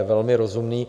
Je velmi rozumný.